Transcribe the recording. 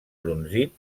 brunzit